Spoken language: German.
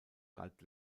galt